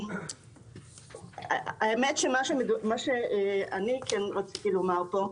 מה שאני רציתי לומר פה,